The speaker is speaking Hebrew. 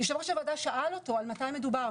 יושב-ראש הוועדה שאל אותו על מתי מדובר.